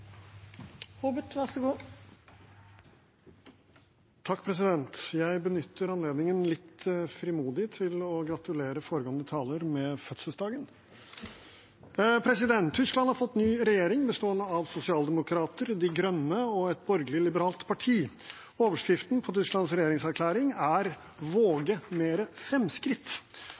å gratulere foregående taler med fødselsdagen! Tyskland har fått ny regjering bestående av sosialdemokrater, De Grønne og et borgerlig liberalt parti. Overskriften på Tysklands regjeringserklæring er: Våge